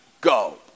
go